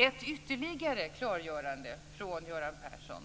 Ett ytterligare klargörande från Göran Persson